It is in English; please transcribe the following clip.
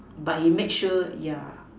but he make sure yeah